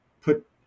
put